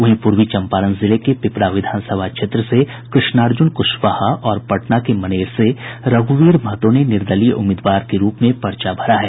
वहीं पूर्वी चंपारण जिले के पिपरा विधानसभा क्षेत्र से कृष्णार्जुन कुशवाहा और पटना के मनेर से रघुवीर महतो ने निर्दलीय उम्मीदवार के रूप में पर्चा भरा है